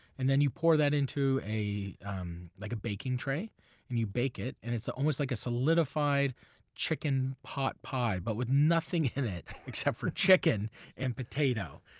and you pour that into a um like a baking tray and you bake it. and it's almost like a solidified chicken pot pie but with nothing in it except for chicken and potato.